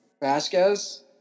Vasquez